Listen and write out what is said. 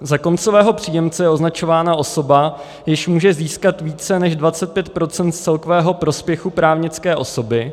Za koncového příjemce je označována osoba, jež může získat více než 25 % z celkového prospěchu právnické osoby.